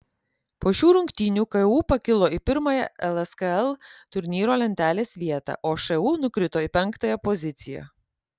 po šių rungtynių ku pakilo į pirmąją lskl turnyro lentelės vietą o šu nukrito į penktąją poziciją